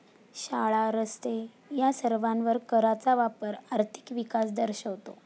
शाळा, रस्ते या सर्वांवर कराचा वापर आर्थिक विकास दर्शवतो